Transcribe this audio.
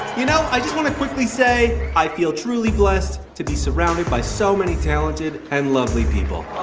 you know, i just want to quickly say i feel truly blessed to be surrounded by so many talented and lovely people